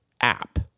app